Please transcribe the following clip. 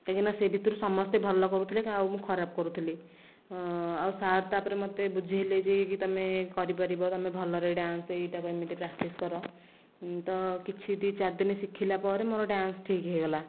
କାହିଁକିନା ସେ ଭିତରୁ ସମସ୍ତେ ଭଲ କରୁଥିଲେ ଆଉ ମୁଁ ଖରାପ କରୁଥିଲି ଆଉ ସାର୍ ତାପରେ ମୋତେ ବୁଝେଇଲେ ଯେ କି ତୁମେ କରିପାରିବ ତୁମେ ଭଲ ରେ ଡ୍ୟାନ୍ସ ଏଇଟାକୁ ଏମିତି ପ୍ରାକ୍ଟିସ କର ତ କିଛି ଦୁଇ ଚାରି ଦିନ ଶିଖିଲା ପରେ ମୋର ଡ୍ୟାନ୍ସ ଠିକ୍ ହୋଇଗଲା